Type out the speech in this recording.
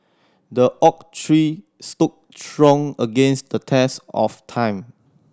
the oak tree stood strong against the test of time